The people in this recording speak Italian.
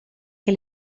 che